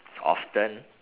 often